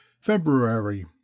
February